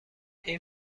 این